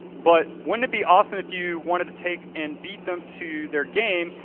but wouldn't it be awesome if you wanted to take and beat them to their game,